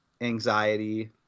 anxiety